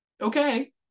okay